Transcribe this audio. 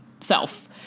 self